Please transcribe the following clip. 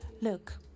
look